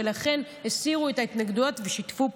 הסירו את ההתנגדויות ושיתפו פעולה,